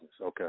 Okay